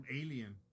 alien